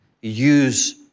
use